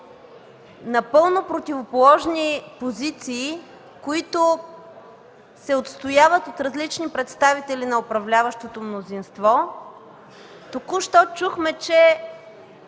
напълно противоположни позиции, които се отстояват от различни представители на управляващото мнозинство. Току-що чухме, че